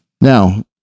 Now